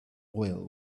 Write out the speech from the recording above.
oil